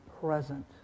present